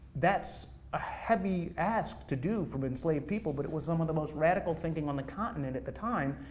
that's a heavy ask to do from enslaved people, but it was some of the most radical thinking on the continent at the time,